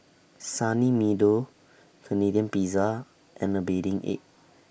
Sunny Meadow Canadian Pizza and A Bathing Ape